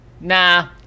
Nah